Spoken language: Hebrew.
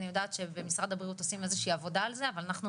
אני יודעת שבמשרד הבריאות עושים איזו שהיא עבודה על זה אבל אנחנו